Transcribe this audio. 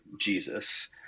Jesus